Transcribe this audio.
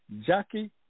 Jackie